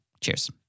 Cheers